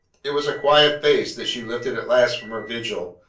it was a quiet face that she lifted at last from her vigil,